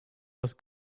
was